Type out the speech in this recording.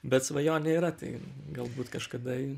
bet svajonė yra tai galbūt kažkada ji